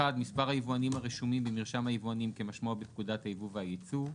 מספר היבואנים הרשומים במרשם היבואנים כמשמעו בפקודת היבוא והיצוא.